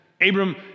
Abram